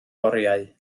oriau